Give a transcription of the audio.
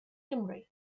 cymru